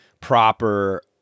proper